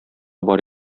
бар